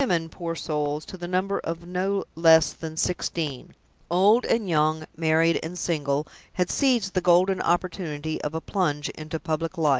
the women, poor souls, to the number of no less than sixteen old and young, married and single had seized the golden opportunity of a plunge into public life.